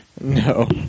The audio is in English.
No